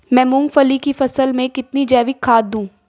मैं मूंगफली की फसल में कितनी जैविक खाद दूं?